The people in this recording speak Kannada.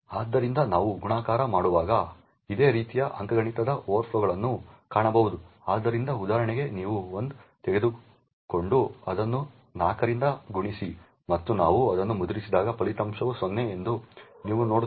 ಆದ್ದರಿಂದ ನಾವು ಗುಣಾಕಾರ ಮಾಡುವಾಗ ಇದೇ ರೀತಿಯ ಅಂಕಗಣಿತದ ಓವರ್ಫ್ಲೋಗಳನ್ನು ಕಾಣಬಹುದು ಆದ್ದರಿಂದ ಉದಾಹರಣೆಗೆ ನೀವು l ತೆಗೆದುಕೊಂಡು ಅದನ್ನು 4 ರಿಂದ ಗುಣಿಸಿ ಮತ್ತು ನಾವು ಅದನ್ನು ಮುದ್ರಿಸಿದಾಗ ಫಲಿತಾಂಶವು 0 ಎಂದು ನೀವು ನೋಡುತ್ತೀರಿ